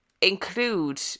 include